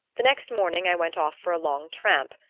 the next morning i went off for a long tramp,